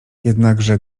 jednakże